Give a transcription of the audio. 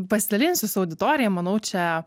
pasidalinsiu su auditorija manau čia